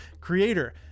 creator